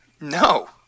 No